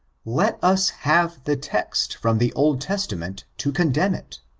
let us have the text from the old testament to condemn it.